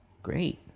Great